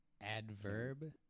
Adverb